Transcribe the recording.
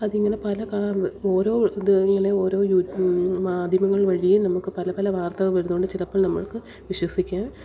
അതിങ്ങനെ പല കാ ഓരോ ഇത് ഇങ്ങനെ ഓരോ യോ മാധ്യമങ്ങൾ വഴിയേ നമുക്ക് പല പല വാർത്തകൾ വരുന്നുണ്ട് ചിലപ്പോൾ നമ്മൾക്ക് വിശ്വസിക്കാൻ